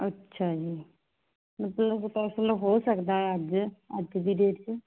ਅੱਛਾ ਜੀ ਮਤਲਬ ਹੋ ਸਕਦਾ ਅੱਜ ਅੱਜ ਦੀ ਡੇਟ 'ਚ